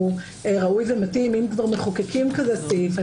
הוא ראוי ומתאים אם כבר מחוקקים כזה סעיף.